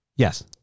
Yes